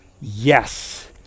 Yes